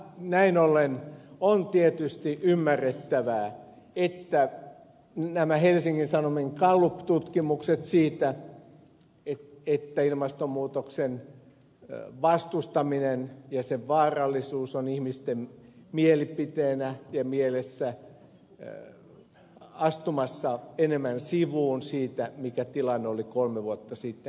näin ollen ovat tietysti ymmärrettäviä nämä helsingin sanomien galluptutkimukset siitä että ilmastonmuutoksen vastustaminen ja sen vaarallisuus on ihmisten mielipiteenä ja mielessä astumassa enemmän sivuun siitä mikä tilanne oli kolme vuotta sitten